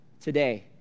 today